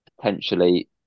potentially